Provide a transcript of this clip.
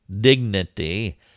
dignity